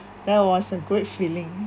that was a great feeling